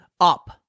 up